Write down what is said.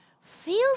feels